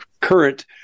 current